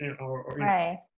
Right